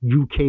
uk